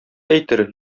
әйтер